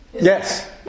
Yes